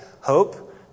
hope